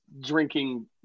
drinking